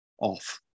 off